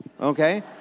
Okay